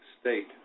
state